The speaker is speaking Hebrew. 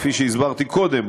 כפי שהסברתי קודם,